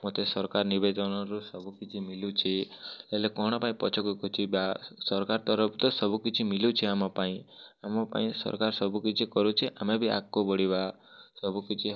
ମୋତେ ସରକାର ନିବେଦନରୁ ସବୁ କିଛି ମିଲୁଛି ହେଲେ କ'ଣ ପାଇଁ ପଛ କୁ ଘୁଞ୍ଚିବା ସରକାର ତରଫରୁତ ସବୁ କିଛି ମିଳୁଛି ଆମପାଇଁ ଆମପାଇଁ ସରକାର ସବୁ କିଛି କରୁଛି ଆମେ ବି ଆଗକୁ ବଢ଼ିବା ସବୁ କିଛି